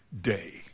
day